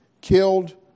killed